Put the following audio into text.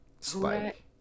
spike